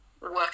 work